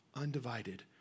undivided